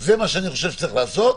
זה מה שאני חושב שצריך לעשות.